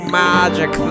magic